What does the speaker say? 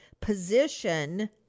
position